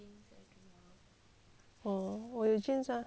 哦我有 jeans 啊